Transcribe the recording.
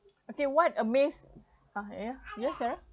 okay what amazes s~ s~ ah ya ya sarah